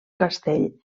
castell